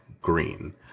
Green